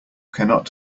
cannot